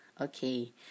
Okay